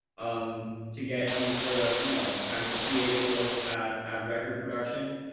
um, to get you, sort of, you know, kind of a creative look at at record production,